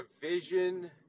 vision